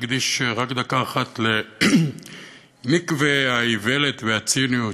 להקדיש רק דקה אחת למקווה האיוולת והציניות